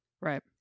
Right